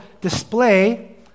display